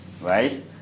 right